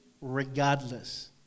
regardless